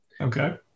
Okay